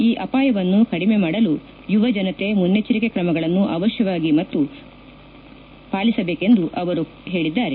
ಈ ಅಪಾಯವನ್ನು ಕಡಿಮೆಮಾಡಲು ಯುವ ಜನತೆ ಮುನ್ನೆಚ್ಚರಿಕೆ ಕ್ರಮಗಳನ್ನು ಅವಶ್ಯಕವಾಗಿ ಮತ್ತು ಪಾಲಿಸಬೇಕು ಎಂದು ಅವರು ಹೇಳಿದ್ದಾರೆ